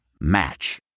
Match